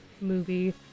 movie